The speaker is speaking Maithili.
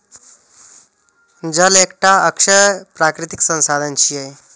जल एकटा अक्षय प्राकृतिक संसाधन छियै